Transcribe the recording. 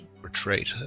retreat